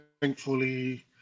thankfully